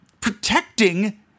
Protecting